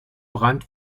brand